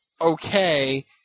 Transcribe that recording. okay